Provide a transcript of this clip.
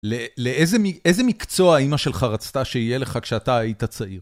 לאיזה מקצוע אימא שלך רצתה שיהיה לך כשאתה היית צעיר?